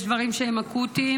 יש דברים שהם אקוטיים,